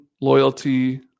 loyalty